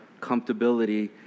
comfortability